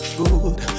good